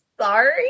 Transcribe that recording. sorry